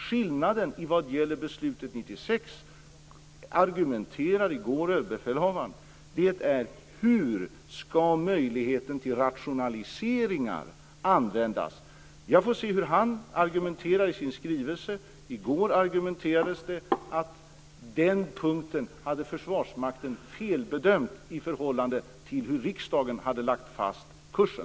Skillnaden när det gäller beslutet 1996 - enligt vad överbefälhavaren argumenterade i går - är hur man skall använda möjligheten till rationaliseringar. Jag får se hur han argumenterar i sin skrivelse. I går sades det att Försvarsmakten hade gjort en felbedömning på den punkten i förhållande till den av riksdagen fastlagda kursen.